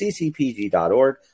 ccpg.org